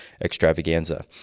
extravaganza